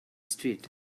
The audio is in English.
street